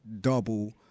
double